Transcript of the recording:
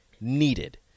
needed